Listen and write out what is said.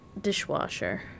dishwasher